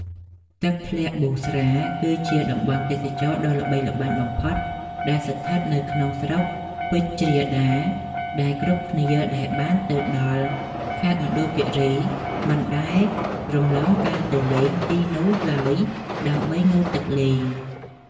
ទឹកធ្លាក់ប៊ូស្រា គឺជាតំបន់ទេសចរណ៍ដ៏ល្បីល្បាញបំផុតដែលស្ថិតនៅក្នុងស្រុកពេជ្រដា ដែលគ្រប់គ្នាដែលបានទៅដល់ខេត្តមណ្ឌលគីរីមិនដែលរំលងការទៅលេងទីនោះឡើយដើម្បីងូតទឹកលេង។